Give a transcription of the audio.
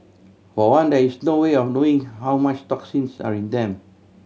for one there is no way of knowing how much toxins are in them